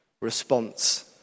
response